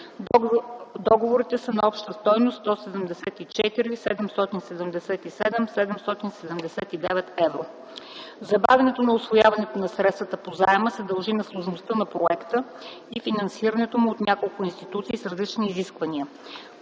Договорите са на обща стойност 174 млн. 777 хил. 779 евро. Забавянето на усвояването на средствата по заема се дължи на сложността на проекта и финансирането му от няколко институции с различни изисквания,